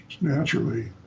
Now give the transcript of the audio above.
naturally